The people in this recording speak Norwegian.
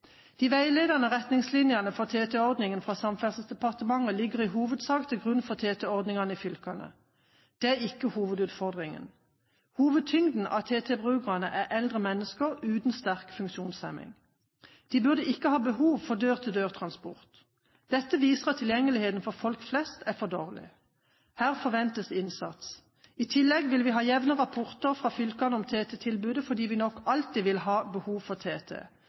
De veiledende retningslinjene for TT-ordningen fra Samferdselsdepartementet ligger i hovedsak til grunn for TT-ordningen i fylkene. Det er ikke hovedutfordringen. Hovedtyngden av TT-brukerne er eldre mennesker uten sterk funksjonshemning. De burde ikke ha behov for dør-til-dør-transport. Dette viser at tilgjengeligheten for folk flest er for dårlig. Her forventes innsats. I tillegg vil vi ha jevnlige rapporter fra fylkene om TT-tilbudet, fordi vi nok alltid vil ha behov for TT.